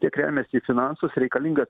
tiek remiasi į finansus reikalinga